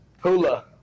hula